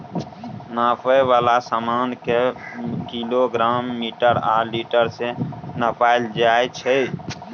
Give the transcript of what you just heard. नापै बला समान केँ किलोग्राम, मीटर आ लीटर मे नापल जाइ छै